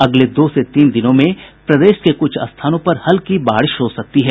अगले दो से तीन दिनों में प्रदेश में कुछ स्थानों पर हल्की वर्षा हो सकती है